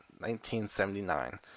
1979